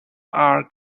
are